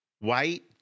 white